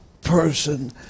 person